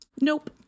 Nope